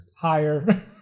Higher